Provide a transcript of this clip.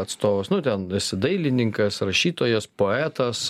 atstovas nu ten esi dailininkas rašytojas poetas